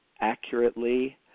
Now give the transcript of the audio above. accurately